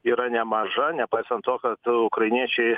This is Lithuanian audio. yra nemaža nepaisant to kad ukrainiečiai